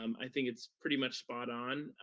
um i think it's pretty much spot-on.